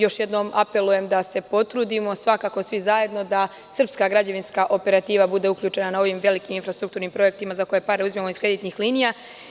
Još jednom apelujem da se potrudimo svakako svi zajedno da srpska građevinska operativa bude uključena na ovim velikim infrastrukturnim projektima za koje pare uzimamo iz kreditnih linija.